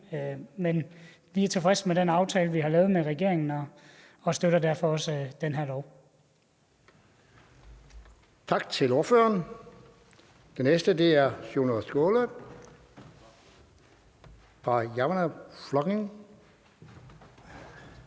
Men vi er tilfredse med den aftale, vi har lavet med regeringen, og støtter derfor også det her